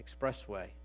Expressway